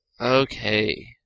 Okay